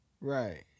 Right